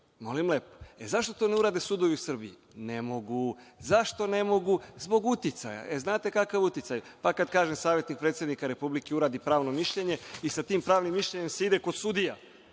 molim lepo. Zašto to ne urade sudovi u Srbiji? Ne mogu. Zašto ne mogu? Zbog uticaja. Znate kakav je uticaj. Kada savetnik predsednika Republike uradi pravno mišljenje i sa tim pravnim mišljenjem se ide kod sudija,